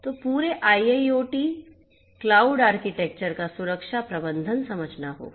तो पूरे IIoT cloud architecture का सुरक्षा प्रबंधन समझना होगा